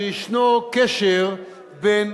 שיש קשר בין